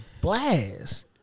blast